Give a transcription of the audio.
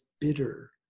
bitter